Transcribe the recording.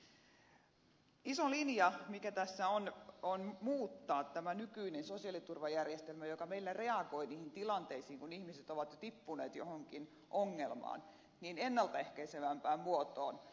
iso linja mikä tässä on on muuttaa tämä nykyinen sosiaaliturvajärjestelmä joka meillä reagoi niihin tilanteisiin kun ihmiset ovat jo tippuneet johonkin ongelmaan ennalta ehkäisevämpään muotoon